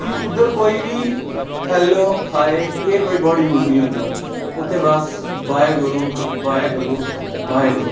कि उद्धर कोई बी हैलो हाय एह् कोई वर्ड यूज़ निं होंदा उत्थै बस वाहेगुरू वाहेगुरू वाहेगुरू